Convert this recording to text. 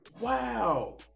Wow